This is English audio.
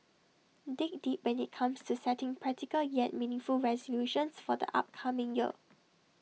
dig deep when IT comes to setting practical yet meaningful resolutions for the upcoming year